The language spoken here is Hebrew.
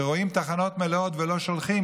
שרואים תחנות מלאות ולא שולחים,